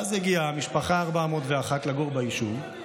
ואז הגיעה המשפחה ה-401 לגור ביישוב.